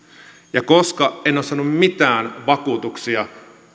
ja koska en ole saanut mitään vakuutuksia